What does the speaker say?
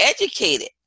educated